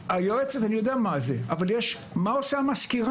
היועצת, אני יודע מה זה, אבל מה עושה המזכירה?